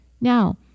Now